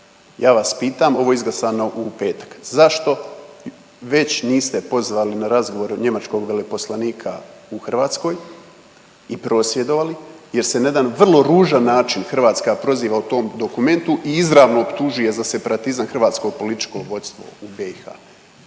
ja vas pitam ovo je izglasano u petak, zašto već niste pozvali na razgovore njemačkog veleposlanika u Hrvatskoj i prosvjedovali jer se na jedan vrlo ružan način Hrvatska proziva u tom dokumentu i izravno optužuje za separatizam hrvatsko političko u BiH.